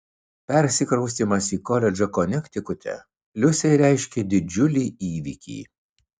persikraustymas į koledžą konektikute liusei reiškė didžiulį įvykį